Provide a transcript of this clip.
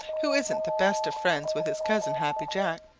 who isn't the best of friends with his cousin, happy jack.